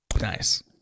Nice